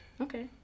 Okay